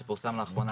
שפורסם לאחרונה,